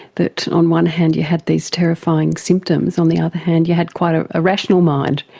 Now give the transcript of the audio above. that on one hand you had these terrifying symptoms, on the other hand you had quite a ah rational mind.